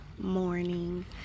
morning